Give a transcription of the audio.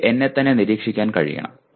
എനിക്ക് എന്നെത്തന്നെ നിരീക്ഷിക്കാൻ കഴിയണം